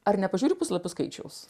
ar nepažiūri puslapių skaičiaus